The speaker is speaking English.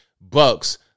Bucks